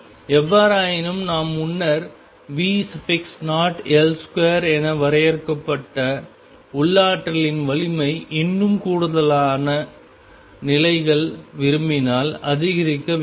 எவ்வாறாயினும் நாம் முன்னர் V0L2 என வரையறுக்கப்பட்ட உள்ளாற்றலின் வலிமை இன்னும் கூடுதலான நிலைகள் விரும்பினால் அதிகரிக்க வேண்டும்